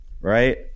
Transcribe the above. right